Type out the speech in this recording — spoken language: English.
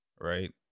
right